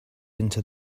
into